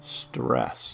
Stress